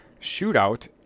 shootout